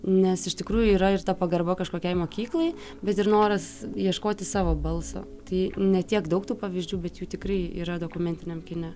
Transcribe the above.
nes iš tikrųjų yra ir ta pagarba kažkokiai mokyklai bet ir noras ieškoti savo balso tai ne tiek daug tų pavyzdžių bet jų tikrai yra dokumentiniam kine